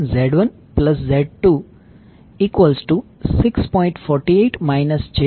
48 j2